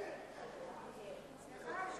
1 נתקבל.